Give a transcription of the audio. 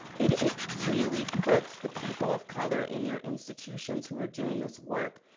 it really puts the people of color in your institutions who are doing this work,